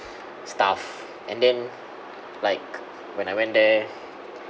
staff and then like when I went there